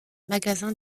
magasin